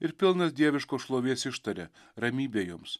ir pilnas dieviškos šlovės ištaria ramybė jums